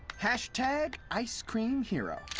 hashtag icecream hero.